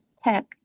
tech